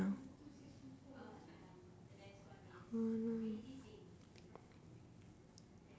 now oh no